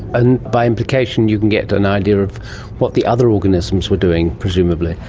and by implication you can get an idea of what the other organisms were doing presumably.